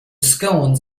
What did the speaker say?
scones